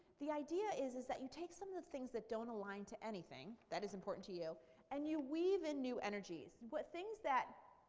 the idea is is that you take some of the things that don't align to anything that is important to you and you weave in new energy. things that